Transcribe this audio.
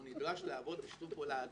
או נדרש לעבוד בשיתוף פעולה הדוק,